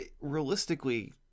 realistically